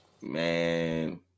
man